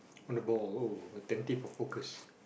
on the ball attentive or focused